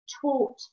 taught